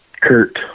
Kurt